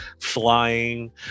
flying